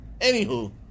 anywho